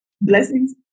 Blessings